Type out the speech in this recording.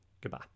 goodbye